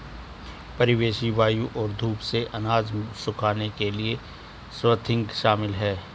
परिवेशी वायु और धूप से अनाज सुखाने के लिए स्वाथिंग शामिल है